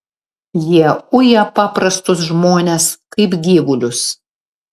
jie uja paprastus žmones kaip gyvulius